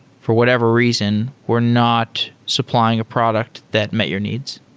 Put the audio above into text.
for whatever reason, were not supplying a product that met your needs